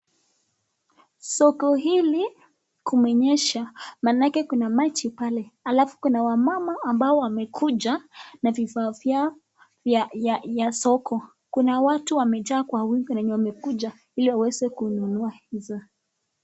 Soko hili kumenyesha, maanake kuna maji pale, alafu kuna wamama ambao wamekuja na vifaa vyao vya soko. Kuna watu wamejaa kwa wingi na wamekuja ili waweze kununua hizo.